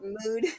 mood